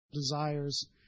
Desires